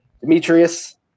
Demetrius